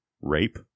rape